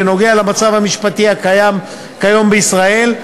בנוגע למצב המשפטי הקיים כיום בישראל,